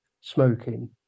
smoking